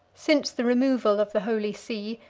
since the removal of the holy see,